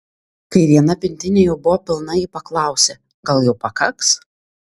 kai viena pintinė jau buvo pilna ji paklausė gal jau pakaks